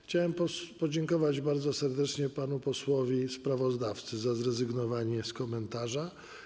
Chciałem podziękować bardzo serdecznie panu posłowi sprawozdawcy za zrezygnowania z komentarza.